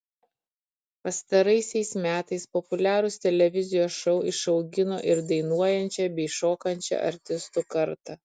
pastaraisiais metais populiarūs televizijos šou išaugino ir dainuojančią bei šokančią artistų kartą